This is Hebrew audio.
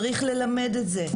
צריך ללמד את זה.